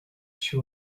she